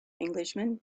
englishman